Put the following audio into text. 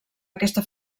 aquesta